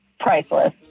priceless